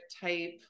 type